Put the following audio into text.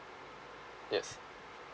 yes